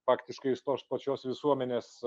faktiškai iš tos pačios visuomenės